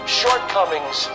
shortcomings